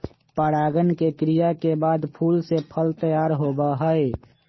परागण के क्रिया के बाद फूल से फल तैयार होबा हई